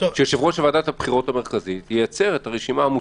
שיושב-ראש ועדת הבחירות המרכזית ייצר את הרשימה המותרת.